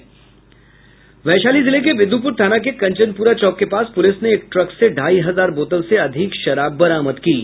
वैशाली जिले के विद्युपर थाना के कंचनपुरा चौक के पास पुलिस ने एक ट्रक से ढ़ाई हजार बोतल से अधिक शराब बरामद की है